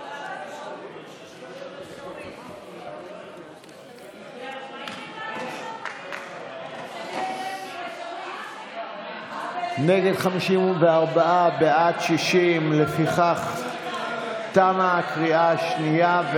60. לפיכך תמה הקריאה השנייה,